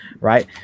right